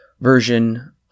version